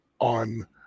on